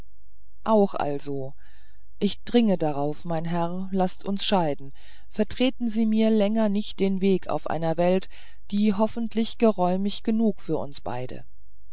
auch also ich dringe darauf mein herr laßt uns scheiden vertreten sie mir länger nicht den weg auf einer welt die hoffentlich geräumig genug ist für uns beide